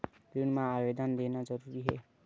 ऋण मा आवेदन देना जरूरी हे?